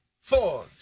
four